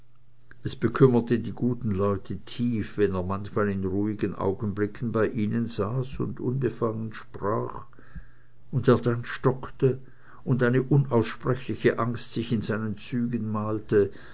es bekümmerte die guten leute tief wenn er manchmal in ruhigen augenblicken bei ihnen saß und unbefangen sprach und er dann stockte und eine unaussprechliche angst sich in seinen zügen malte